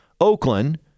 Oakland